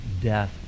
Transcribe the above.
death